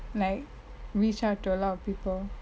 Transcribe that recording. like reach out to a lot of people